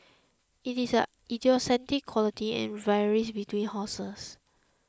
it is an idiosyncratic quality and varies between horses